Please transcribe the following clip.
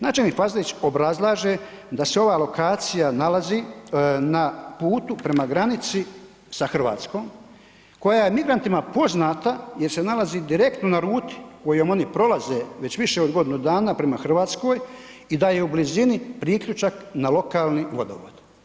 Načelnik Fazlić obrazlaže da se ova lokacija nalazi na putu prema granici sa Hrvatskom koja je migrantima poznata jer se nalazi direktno na ruti kojom oni prolaze već više od godinu dana prema Hrvatskoj i da je u blizini priključak na lokalni vodovod.